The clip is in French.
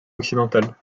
occidentale